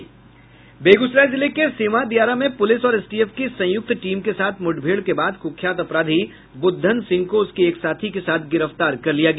बेगूसराय जिले के सिहमा दियारा में पुलिस और एसटीएफ की संयुक्त टीम के साथ मुठभेड़ के बाद कुख्यात अपराधी बुद्धन सिंह को उसके एक साथी के साथ गिरफ्तार कर लिया गया